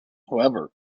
however